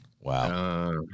Wow